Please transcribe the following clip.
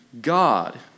God